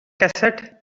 cassette